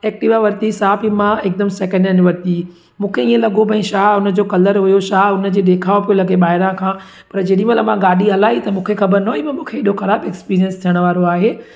Activa वरिती साफ़ु ई मां हिकदमि सैकेंड हैंड वरिती मूंखे ईअं लॻो भई छा हुनजो कलर हुओ छा हुनजी ॾेखाव पियो लॻे ॿाहिरां खां पर जेॾी महिल मां गाॾी हलाई त मूंखे ख़बर न हुई मूंखे अहिड़ो ख़राबु एक्सपीरियंस थियण वारो आहे